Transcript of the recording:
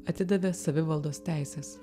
atidavė savivaldos teises